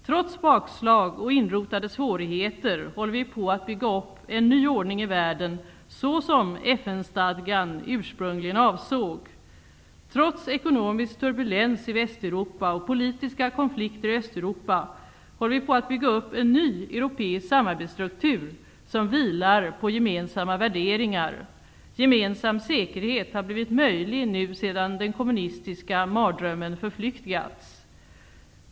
Trots bakslag och inrotade svårigheter håller vi på att bygga upp en ny ordning i världen, såsom FN Trots ekonomisk turbulens i Västeuropa och politiska konflikter i Östeuropa håller vi på att bygga upp en ny europeisk samarbetsstruktur, som vilar på gemensamma värderingar. Gemensam säkerhet har nu blivit möjlig sedan den kommunistiska mardrömmen förflyktigats.